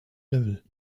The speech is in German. level